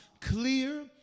clear